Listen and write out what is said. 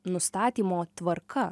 nustatymo tvarka